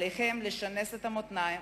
עליכם לשנס את המותניים,